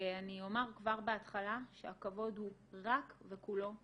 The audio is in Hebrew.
ואני אומר כבר בהתחלה שהכבוד הוא רק וכולו שלנו,